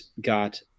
got